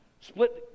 split